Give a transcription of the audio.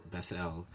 Bethel